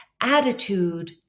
attitude